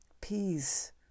peace